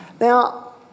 Now